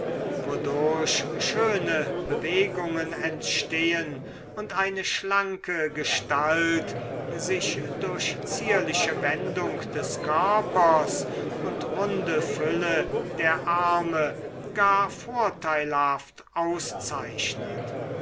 wodurch schöne bewegungen entstehen und eine schlanke gestalt sich durch zierliche wendung des körpers und runde fülle der arme gar vorteilhaft auszeichnet